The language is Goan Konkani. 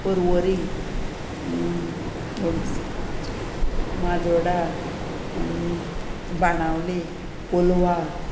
पर्वरी माजोड्डा बाणावले कोलवा